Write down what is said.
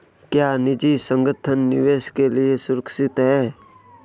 क्या निजी संगठन निवेश के लिए सुरक्षित हैं?